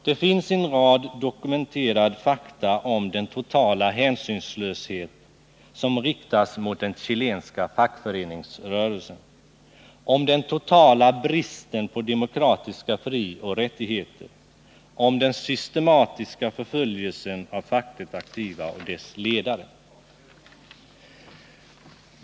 Det finns en rad dokumenterade fakta om den totala hänsynslöshet som riktas mot den chilenska fackföreningsrörelsen, om den totala bristen på demokratiska frioch rättigheter, om den systematiska förföljelsen av fackligt aktiva och deras ledare.